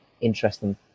interesting